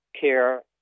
care